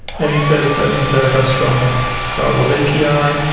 and it says that this data comes from star wars api,